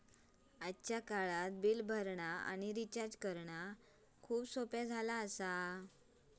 आजच्या काळात बिल भरणा आणि रिचार्ज करणा खूप सोप्प्या झाला आसा